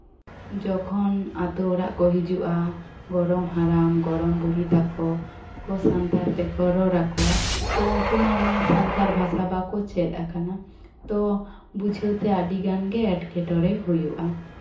ᱡᱚᱠᱷᱚᱱ ᱟᱛᱳ ᱚᱲᱟᱜ ᱠᱚ ᱦᱤᱡᱩᱜᱼᱟ ᱜᱚᱲᱚᱢ ᱦᱟᱲᱟᱢ ᱜᱚᱲᱚᱢ ᱵᱩᱲᱦᱤ ᱛᱟᱠᱚ ᱥᱟᱱᱛᱟᱲ ᱛᱮᱠᱚ ᱨᱚᱲ ᱟᱠᱚᱣᱟ ᱛᱚ ᱩᱱᱠᱩ ᱢᱟ ᱚᱱᱟ ᱥᱟᱱᱛᱟᱲ ᱵᱷᱟᱥᱟ ᱵᱟᱠᱚ ᱪᱮᱫ ᱟᱠᱟᱱᱟ ᱛᱚ ᱵᱩᱡᱷᱟᱹᱣᱛᱮ ᱟᱹᱰᱤᱜᱟᱱ ᱜᱮ ᱮᱸᱴᱠᱮᱴᱚᱲᱮ ᱦᱳᱭᱳᱜᱼᱟ